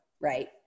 right